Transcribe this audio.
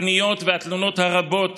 הפניות והתלונות הרבות